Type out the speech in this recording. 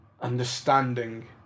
understanding